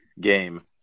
game